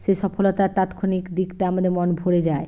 সে সফলতার তাৎক্ষণিক দিকটা আমাদের মন ভরে যায়